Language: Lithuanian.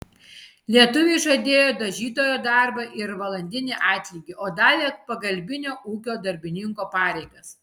lietuviui žadėjo dažytojo darbą ir valandinį atlygį o davė pagalbinio ūkio darbininko pareigas